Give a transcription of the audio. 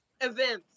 events